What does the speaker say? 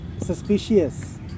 suspicious